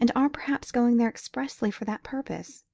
and are perhaps going there expressly for that purpose